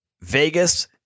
Vegas